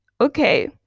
Okay